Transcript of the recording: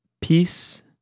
peace